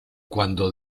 cuando